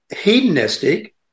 hedonistic